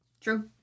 True